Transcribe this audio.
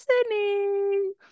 listening